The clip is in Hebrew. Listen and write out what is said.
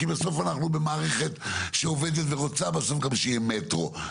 כי בסוף אנחנו במערכת שעובדת ורוצה בסוף גם שיהיה מטרו.